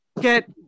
get